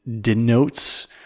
denotes